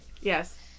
yes